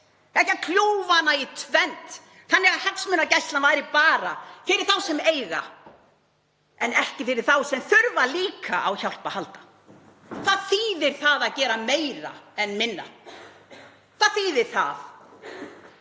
ekki að kljúfa hana í tvennt þannig að hagsmunagæslan væri bara fyrir þá sem eiga en ekki fyrir þá sem þurfa líka á hjálp að halda. Hvað þýðir að gera meira en minna? Það þýðir að